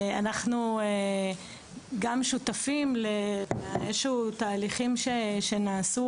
אנחנו גם שותפים לתהליכים כלשהם שנעשו